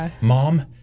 mom